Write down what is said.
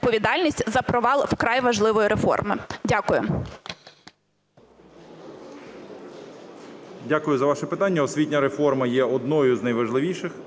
за провал вкрай важливої реформи. Дякую.